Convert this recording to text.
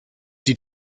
die